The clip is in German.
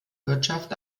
wirtschaft